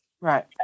Right